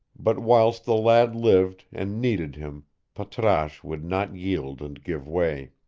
but whilst the lad lived and needed him patrasche would not yield and give way.